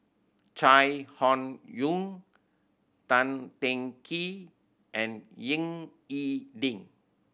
Chai Hon Yoong Tan Teng Kee and Ying E Ding